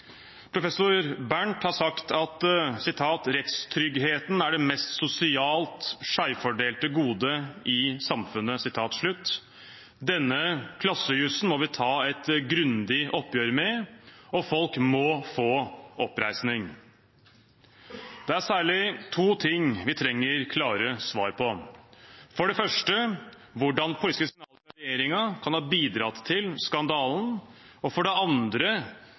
Professor Bernt har sagt at rettstryggheten er det mest sosialt skjevfordelte godet i samfunnet. Denne klassejussen må vi ta et grundig oppgjør med, og folk må få oppreisning. Det er særlig to ting vi trenger klare svar på: for det første hvordan de politiske signalene fra regjeringen kan ha bidratt til skandalen, og for det andre